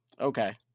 Okay